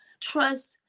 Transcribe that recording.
trust